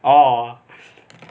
or